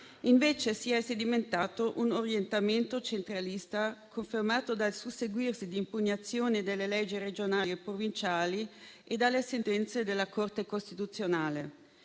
Si è sedimentato invece un orientamento centralista, confermato dal susseguirsi di impugnazione delle leggi regionali e provinciali e dalle sentenze della Corte costituzionale.